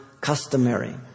customary